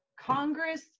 Congress